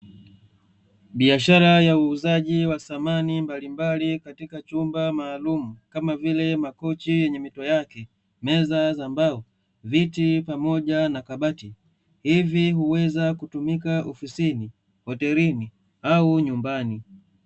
Biashara ya uuzaji wa samani mbalimbali, katika chumba maalumu kama vile makochi yenye mito yake, meza za mbao, viti pamoja na kabati. Hivi uweza kutumika ofisini, hotelini au nyumbani.